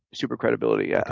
supercredibility, yeah